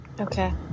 Okay